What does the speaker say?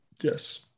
Yes